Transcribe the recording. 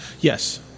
Yes